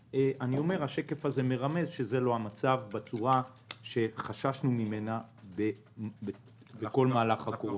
השקף הזה מרמז שזה לא המצב בצורה שחששנו ממנה בכל מהלך הקורונה.